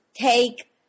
take